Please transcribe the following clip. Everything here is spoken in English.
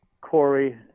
Corey